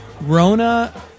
Rona